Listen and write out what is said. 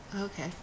Okay